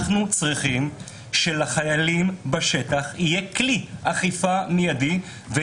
אנחנו צריכים שלחיילים בשטח יהיה כלי אכיפה מידי,